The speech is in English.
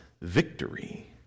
victory